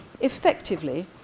Effectively